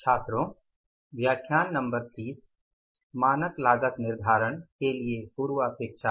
छात्रों का स्वागत हैं